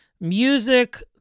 music